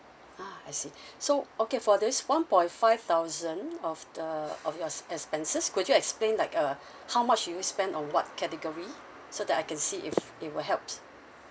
ah I see so okay for this one point five thousand of the of yours expenses could you explain like uh how much do you spend on what category so that I can see if it will helps